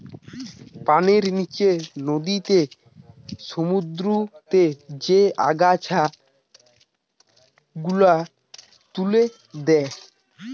পানির নিচে নদীতে, সমুদ্রতে যে আগাছা গুলা তুলে দে